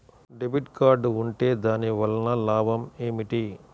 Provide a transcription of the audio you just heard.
Debit card ఉంటే దాని వలన లాభం ఏమిటీ?